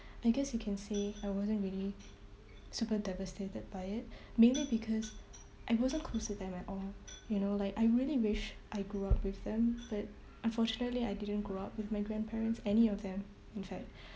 I guess you can say I wasn't really super devastated by it maybe because I wasn't close to them at all you know like I really wish I grew up with them but unfortunately I didn't grow up with my grandparents any of them in fact